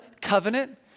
covenant